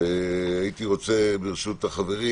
ברשות החברים,